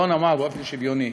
לא נאמר באופן שוויוני.